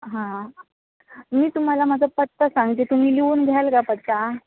हां मी तुम्हाला माझा पत्ता सांगते तुम्ही लिहून घ्याल का पत्ता